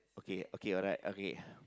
okay okay alright okay